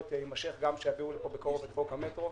תימשך גם כשיביאו לכאן את חוק המטרו,